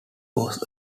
was